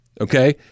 okay